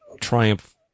Triumph